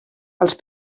els